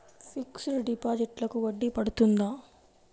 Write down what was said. Fixed డిపాజిట్లకు వడ్డీ పడుతుందా?